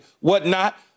whatnot